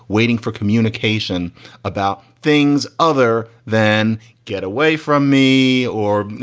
waiting for communication about things other than get away from me or, you